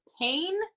pain